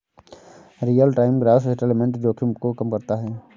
real time gross settlement जोखिम को कम करता है